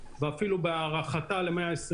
ואפילו בהארכתה ל-120 יום.